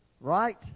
right